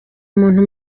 muntu